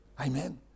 Amen